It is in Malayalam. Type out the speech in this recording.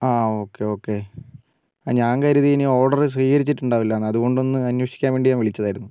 ആ ഓക്കേ ഓക്കേ ഞാൻ കരുതി ഇനി ഓർഡർ സ്വീകരിച്ചിട്ടുണ്ടാവില്ലെന്ന് അതുകൊണ്ട് ഒന്ന് അന്വേഷിക്കാൻ വേണ്ടി ഞാൻ വിളിച്ചതായിരുന്നു